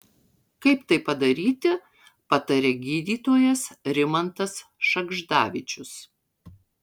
kaip tai padaryti pataria gydytojas rimantas šagždavičius